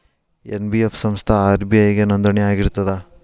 NBF ಸಂಸ್ಥಾ RBI ಗೆ ನೋಂದಣಿ ಆಗಿರ್ತದಾ?